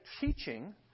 teaching